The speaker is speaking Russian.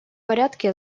порядке